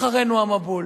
אחרינו המבול.